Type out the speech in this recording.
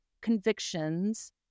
convictions